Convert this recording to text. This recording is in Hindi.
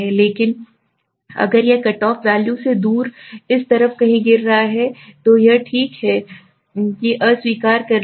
लेकिन अगर यह कटऑफ वैल्यू से दूर इस तरफ कहीं गिर रहा है तो यह है ठीक है अस्वीकार कर दिया